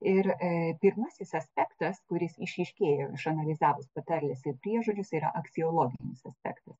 ir e pirmasis aspektas kuris išryškėjo išanalizavus patarles ir priežodžius yra aksiologinis aspektas